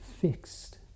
fixed